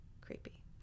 Creepy